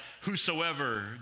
whosoever